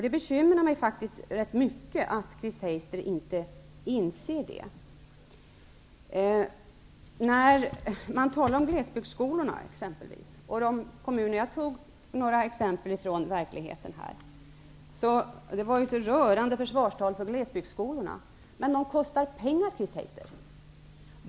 Det bekymrar mig faktiskt rätt mycket att Chris Heister inte inser det. Jag tog några exempel på glesbygdsskolor och kommuner som har sådana. Det var ett rörande försvarstal för glesbygdsskolorna, men de kostar pengar, Chris Heister.